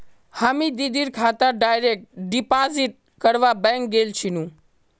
हामी दीदीर खातात डायरेक्ट डिपॉजिट करवा बैंक गेल छिनु